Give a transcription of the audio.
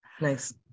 nice